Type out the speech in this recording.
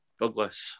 Douglas